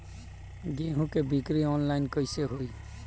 गेहूं के बिक्री आनलाइन कइसे होई?